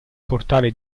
portale